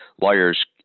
lawyers